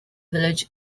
village